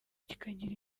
kikagira